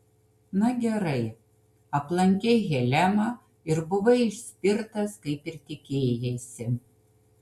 na gerai aplankei helemą ir buvai išspirtas kaip ir tikėjaisi